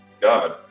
God